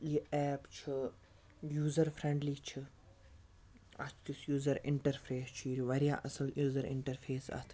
یہِ ایپ چھُ user friendly چھُ اَتھ یُس یوٗزَر اِنٹَرفیس چھُ یہِ چھُ واریاہ اَصٕل یوٗزَر اِنٹَرفیس اَتھ